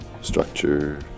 structure